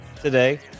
today